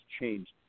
changed